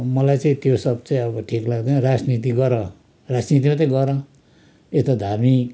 मलाई चाहिँ त्यो सब चाहिँ अब ठिक लाग्दैन राजनीति गर राजनीति मात्रै गर यता धार्मिक